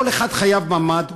כל אחד חייב ממ"ד,